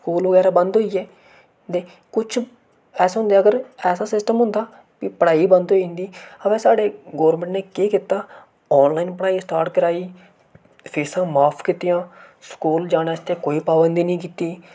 school बगैरा बंद होई गे ते कुछ ऐसा होंदा अगर ऐसा सिस्टम होंदा कि पढ़ाई गै बंद होई जंदी उंआ साढ़ी गनर्नमेंट ने केह् कीता आॉनलाइन पढ़ाई स्टार्ट कराई फीसां माफ कीतियां स्कूल जाने आस्तै कोई पाबंदी नेईं कीती